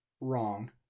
wrong